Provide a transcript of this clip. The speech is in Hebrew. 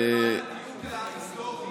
רק למען הדיוק ההיסטורי,